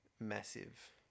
Massive